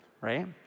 right